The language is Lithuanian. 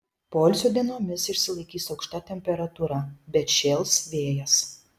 poilsio dienomis išsilaikys aukšta temperatūra bet šėls vėjas